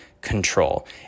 control